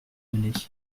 mener